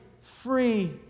free